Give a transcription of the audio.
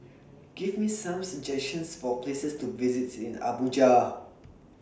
Give Me Some suggestions For Places to visit in Abuja